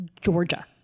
Georgia